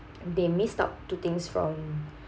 they missed out two things from